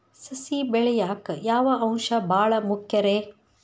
ಸಸಿ ಬೆಳೆಯಾಕ್ ಯಾವ ಅಂಶ ಭಾಳ ಮುಖ್ಯ ರೇ?